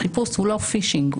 חיפוש הוא לא פישינג.